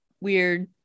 weird